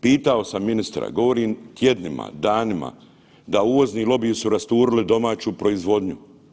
Pitao sam ministra, govorim tjednima, danima da uvozni lobiji su rasturili domaću proizvodnju.